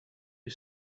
you